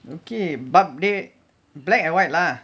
okay but the black and white lah